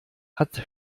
hat